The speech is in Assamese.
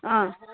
অঁ